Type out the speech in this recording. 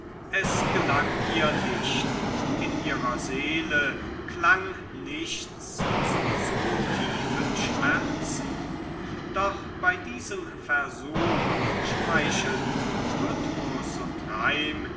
es gelang ihr nicht in ihrer seele klang nichts zu so tiefen schmerzen doch bei diesem versuch schmeichelten rhythmus und reim